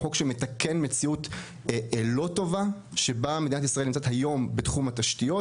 חוק שמתקן מציאות לא טובה שבה מדינת ישראל נמצאת היום בתחום התשתיות,